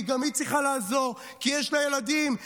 וגם היא צריכה לעזור כי יש לה ילדים,